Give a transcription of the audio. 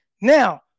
Now